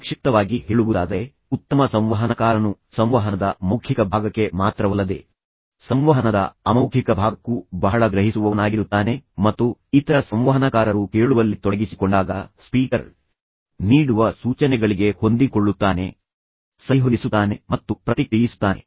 ಸಂಕ್ಷಿಪ್ತವಾಗಿ ಹೇಳುವುದಾದರೆ ಉತ್ತಮ ಸಂವಹನಕಾರನು ಸಂವಹನದ ಮೌಖಿಕ ಭಾಗಕ್ಕೆ ಮಾತ್ರವಲ್ಲದೆ ಸಂವಹನದ ಅಮೌಖಿಕ ಭಾಗಕ್ಕೂ ಬಹಳ ಗ್ರಹಿಸುವವನಾಗಿರುತ್ತಾನೆ ಮತ್ತು ಇತರ ಸಂವಹನಕಾರರು ಕೇಳುವಲ್ಲಿ ತೊಡಗಿಸಿಕೊಂಡಾಗ ಸ್ಪೀಕರ್ ನೀಡುವ ಸೂಚನೆಗಳಿಗೆ ಹೊಂದಿಕೊಳ್ಳುತ್ತಾನೆ ಸರಿಹೊಂದಿಸುತ್ತಾನೆ ಮತ್ತು ಪ್ರತಿಕ್ರಿಯಿಸುತ್ತಾನೆ